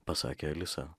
pasakė alisa